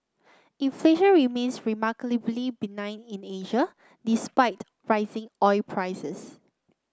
inflation remains remarkably benign in Asia despite rising oil prices